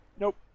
Nope